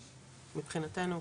מבחינתנו,